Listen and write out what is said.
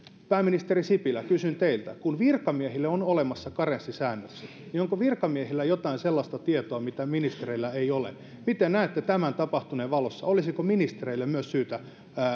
pääministeri sipilä kysyn teiltä kun virkamiehille on olemassa karenssisäännökset niin onko virkamiehillä jotain sellaista tietoa mitä ministereillä ei ole miten näette tämän tapahtuneen valossa olisiko myös ministereille syytä